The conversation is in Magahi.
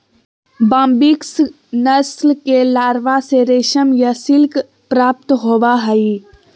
बाम्बिक्स नस्ल के लारवा से रेशम या सिल्क प्राप्त होबा हइ